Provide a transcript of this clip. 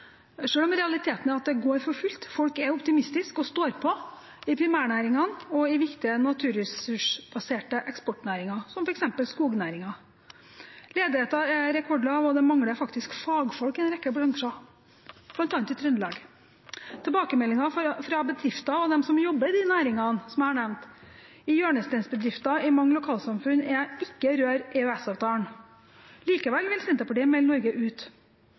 primærnæringene og i viktige naturressursbaserte eksportnæringer, som f.eks. skognæringen. Ledigheten er rekordlav, og det mangler faktisk fagfolk i en rekke bransjer, bl.a. i Trøndelag. Tilbakemeldingen fra bedrifter og dem som jobber i de næringene jeg har nevnt, i hjørnesteinsbedrifter i mange lokalsamfunn, er: Ikke rør EØS-avtalen. Likevel vil Senterpartiet melde Norge ut.